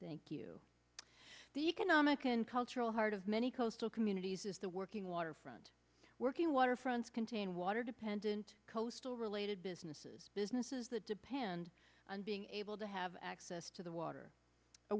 thank you the economic and cultural heart of many coastal communities is the working waterfront working waterfronts contain water dependent coastal related businesses businesses that depend on being able to have access to the water